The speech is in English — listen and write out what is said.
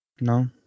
no